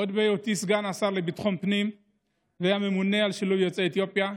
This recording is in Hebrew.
עוד בהיותי סגן השר לביטחון פנים והממונה על שילוב יוצאי אתיופיה,